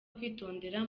kwitondera